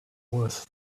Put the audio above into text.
worth